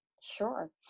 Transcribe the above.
Sure